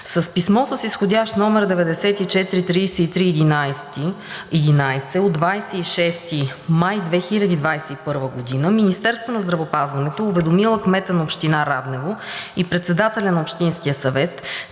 С писмо, изходящ № 94-3311 от 26 май 2021 г., Министерството на здравеопазването е уведомило кмета на община Раднево и председателя на Общинския съвет,